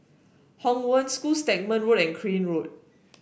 Hong Wen School Stagmont Road and Crane Road